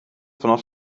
vanaf